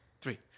Three